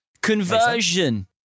Conversion